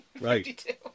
Right